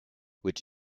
which